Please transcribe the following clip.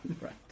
Right